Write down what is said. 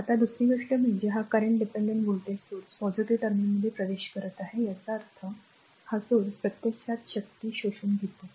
आता दुसरी गोष्ट म्हणजे हा current dependent voltage source टर्मिनलमध्ये प्रवेश करत आहे याचा अर्थ हा स्रोत प्रत्यक्षात शक्ती शोषून घेतो